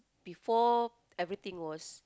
before everything was